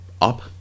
Up